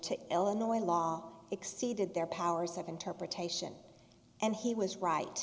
to illinois law exceeded their powers of interpretation and he was right